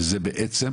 באופן